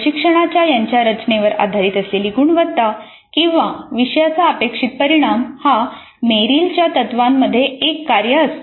प्रशिक्षणाच्या यांच्या रचनेवर आधारित असलेली गुणवत्ता किंवा विषयाचा अपेक्षित परिणाम हा मेरीलच्या तत्त्वांमध्ये एक कार्य असतो